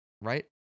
right